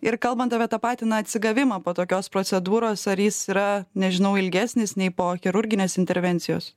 ir kalbant apie tą patį na atsigavimą po tokios procedūros ar jis yra nežinau ilgesnis nei po chirurginės intervencijos